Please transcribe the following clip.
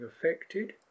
affected